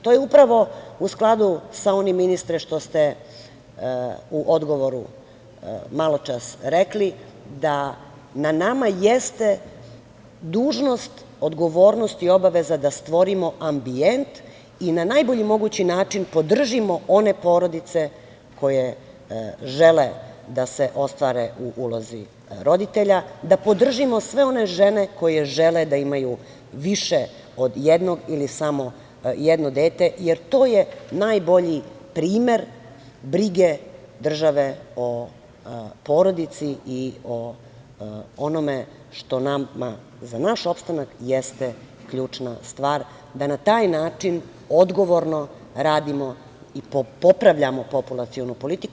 To je upravo sa onim, ministre, što ste u odgovoru maločas rekli, da na nama jeste dužnost, odgovornost i obaveza da stvorimo ambijent i na najbolji mogući način podržimo one porodice koje žele da se ostvare u ulozi roditelja, da podržimo sve one žene koje žele da imaju više od jednog samo jedno dete, jer to je najbolji primer brige države o porodici i o onome što nama za naš opstanak jeste ključna stvar, da na taj način odgovorno radimo i popravljamo populacionu politiku.